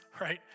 right